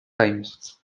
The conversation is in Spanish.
times